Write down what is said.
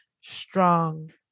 strong